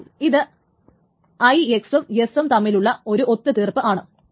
അപ്പോൾ ഇത് ഇത് IX ഉം S ഉം തമ്മിലുള്ള ഒരു ഒത്തുതീർപ്പ് ആണ്